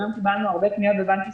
וגם קיבלנו הרבה פניות בבנק ישראל,